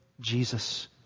Jesus